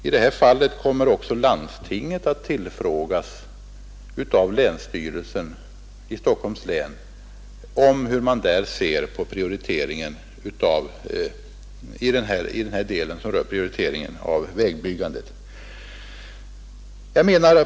I detta fall kommer också landstinget att tillfrågas av länsstyrelsen i Stockholms län om hur man där ser på den del av prioriteringen som rör vägbyggandet.